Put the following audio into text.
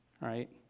right